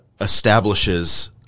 establishes